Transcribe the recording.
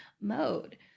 mode